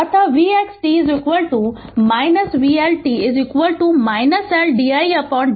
Refer Slide Time 2108 अतः v x t vLt L did t